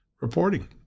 reporting